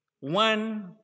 one